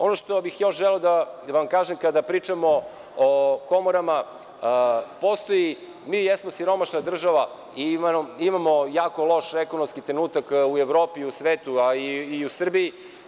Ono što bih još želeo da vam kažem, kada pričamo o komorama, mi jesmo siromašna država i imamo jako loš ekonomski trenutak u Evropi i u svetu, a i u Srbiji.